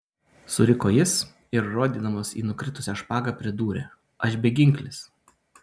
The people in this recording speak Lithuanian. suriko jis ir rodydamas į nukritusią špagą pridūrė aš beginklis